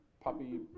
puppy